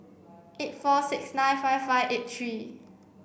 eight four six nine five five eight three